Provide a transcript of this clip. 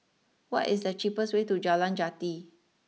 what is the cheapest way to Jalan Jati